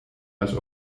das